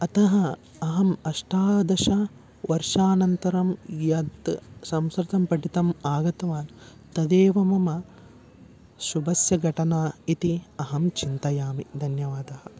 अतः अहम् अष्टादशवर्षानन्तरं यद् संस्कृतं पठितुम् आगतवान् तदेव मम शुभस्य घटना इति अहं चिन्तयामि धन्यवादः